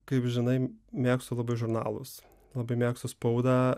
kaip žinai mėgstu labai žurnalus labai mėgstu spaudą